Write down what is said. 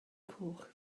coch